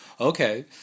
Okay